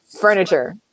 furniture